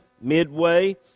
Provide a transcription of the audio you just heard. midway